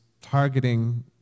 targeting